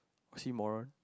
oxymoron